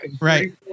right